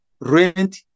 rent